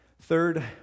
Third